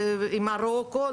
עם מרוקו,